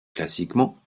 classiquement